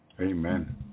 Amen